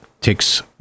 takes